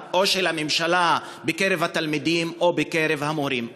או של הממשלה בקרב התלמידים או בקרב המורים.